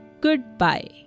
Goodbye